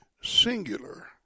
singular